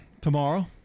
Tomorrow